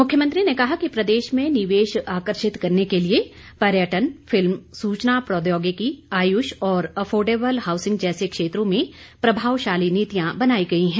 मुख्यमंत्री ने कहा कि प्रदेश में निवेश आकर्षित करने के लिए पर्यटन फिल्म सूचना प्रौद्योगिकी आयुष और अफोरडेबल हाउसिंग जैसे क्षेत्रों में प्रभावशाली नीतियां बनाई गई है